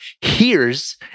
hears